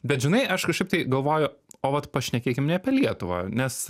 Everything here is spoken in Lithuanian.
bet žinai aš kažkaip tai galvoju o vat pašnekėkim ne apie lietuvą nes